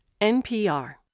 NPR